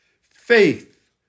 Faith